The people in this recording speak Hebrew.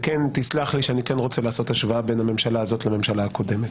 תסלח לי שאני כן רוצה לעשות השוואה בין הממשלה הזאת לממשלה הקודמת.